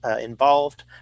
involved